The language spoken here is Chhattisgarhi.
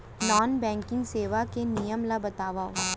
नॉन बैंकिंग सेवाएं के नियम ला बतावव?